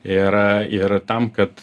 ir ir tam kad